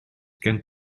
gen